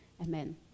Amen